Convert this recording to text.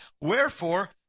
Wherefore